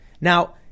Now